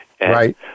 Right